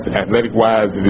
athletic-wise